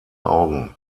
augen